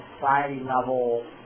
society-level